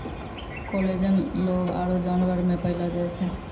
collagen लोग आरु जानवर मे पैलो जाय छै